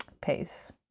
pace